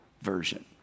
version